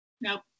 Nope